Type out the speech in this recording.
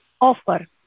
offer